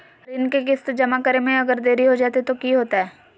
ऋण के किस्त जमा करे में अगर देरी हो जैतै तो कि होतैय?